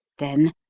then,